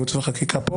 ייעוץ וחקיקה פה